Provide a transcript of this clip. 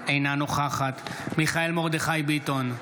אינה נוכחת מיכאל מרדכי ביטון,